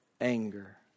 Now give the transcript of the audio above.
anger